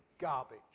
garbage